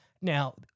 Now